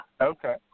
Okay